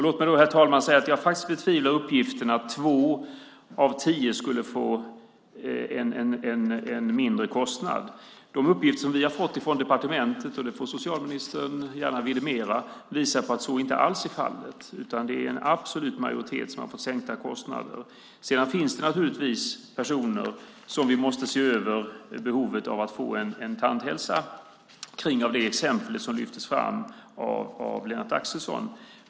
Låt mig, herr talman, säga att jag faktiskt betvivlar uppgiften att två av tio skulle få en mindre kostnad. De uppgifter som vi har fått från departementet - det får socialministern gärna vidimera - visar att så inte alls är fallet. Det är en absolut majoritet som har fått sänkta kostnader. Sedan finns det naturligtvis personer för vilka vi måste se över behovet att få bättre tandhälsa. Ett exempel lyftes fram av Lennart Axelsson.